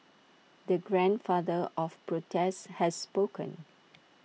the grandfather of protests has spoken